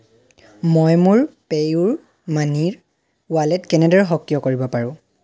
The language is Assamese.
মই মোৰ পে'ইউ মানিৰ ৱালেট কেনেদৰে সক্ৰিয় কৰিব পাৰোঁ